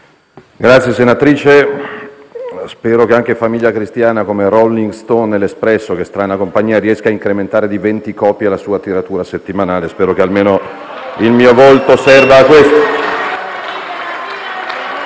anzitutto spero che anche «Famiglia Cristiana», come «Rolling Stone» e «L'Espresso» - che strana compagnia! - riesca a incrementare di venti copie la sua tiratura settimanale. Spero che almeno il mio volto serva a questo.